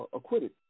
acquitted